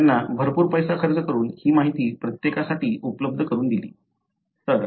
त्यांनी भरपूर पैसा खर्च करून ही माहिती प्रत्येकासाठी उपलब्ध करून दिली